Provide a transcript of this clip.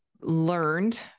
learned